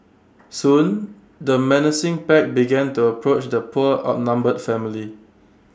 soon the menacing pack began to approach the poor outnumbered family